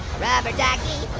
rubber ducky,